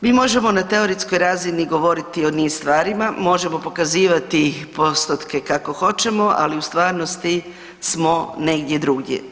Mi možemo na teoretskoj razini govoriti o niz stvarima, možemo pokazivati postotke kako hoćemo ali u stvarnosti smo negdje drugdje.